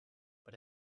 but